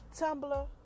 Tumblr